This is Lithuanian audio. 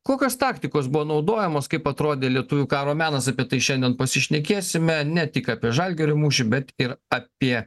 kokios taktikos buvo naudojamos kaip atrodė lietuvių karo menas apie tai šiandien pasišnekėsime ne tik apie žalgirio mūšį bet ir apie